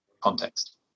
context